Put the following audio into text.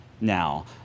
now